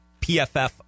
PFF